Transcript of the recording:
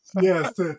Yes